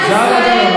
הפרדת הרשויות.